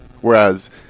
Whereas